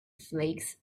flakes